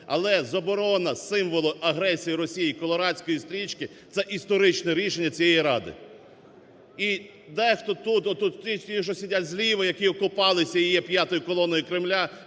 але заборона символу агресії Росії – "колорадської стрічки" – це історичне рішення цієї Ради. І дехто тут, ті, що сидять зліва, які окопалися і є "п'ятою колоною" Кремля,